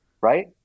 Right